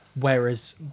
Whereas